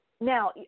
Now